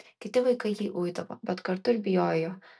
kiti vaikai jį uidavo bet kartu ir bijojo jo